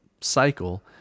cycle